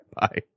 Bye